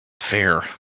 Fair